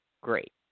great